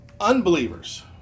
unbelievers